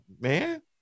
man